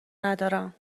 ندارم